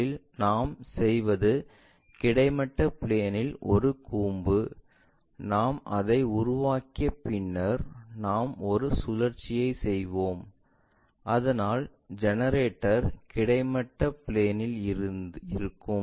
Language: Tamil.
முதலில் நாம் செய்வது கிடைமட்ட பிளேன்இல் ஒரு கூம்பு நாம் அதை உருவாக்கிய பின்னர் நாம் ஒரு சுழற்சியை செய்வோம் அதனால் ஜெனரேட்டர் கிடைமட்ட பிளேன்இல் இருக்கும்